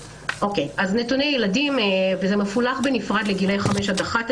נתוני הילדים מחולקים בנפרד לגילאי 5 עד